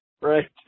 Right